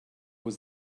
was